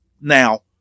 Now